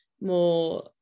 more